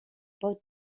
both